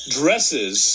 dresses